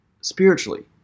spiritually